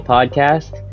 Podcast